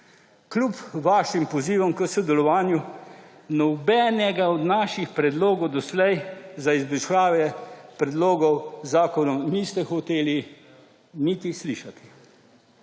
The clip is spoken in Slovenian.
Kljub vašim pozivom k sodelovanju nobenega od naših predlogov doslej za izboljšave k predlogu zakona niste hoteli niti slišati.